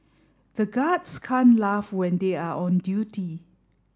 the guards can't laugh when they are on duty